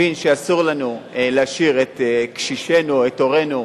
הבין שאסור לנו להשאיר את קשישינו, את הורינו,